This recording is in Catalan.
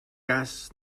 cas